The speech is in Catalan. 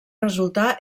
resultà